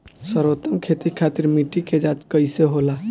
सर्वोत्तम खेती खातिर मिट्टी के जाँच कईसे होला?